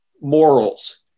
morals